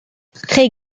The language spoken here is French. très